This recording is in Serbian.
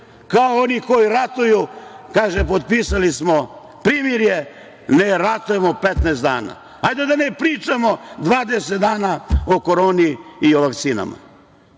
Kao oni koji ratuju, kaže - potpisali smo primirje, ne ratujemo 15 dana. Hajde, da ne pričamo 20 dana o koroni i o vakcinama. Sada